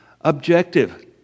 objective